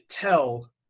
tell